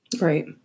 Right